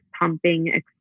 pumping